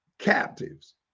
captives